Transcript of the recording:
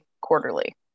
quarterly